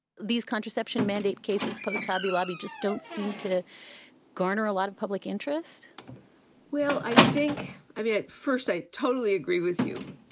these contraception mandate cases post? hobby lobby just don't seem to garner a lot of public interest well, i think i mean, at first i totally agree with you.